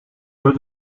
door